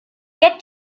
get